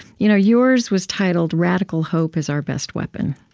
you know yours was titled radical hope is our best weapon.